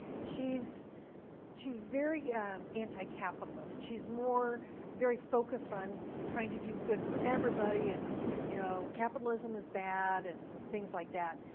she's she's very um anti-capitalist. she's more very focused on trying to do good for everybody and you know capitalism is bad and things like that.